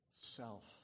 self